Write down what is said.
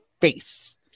face